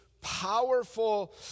powerful